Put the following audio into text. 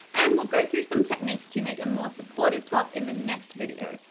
and we'll go through some techniques to make a more supportive top in the next video.